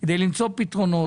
כדי למצוא פתרונות.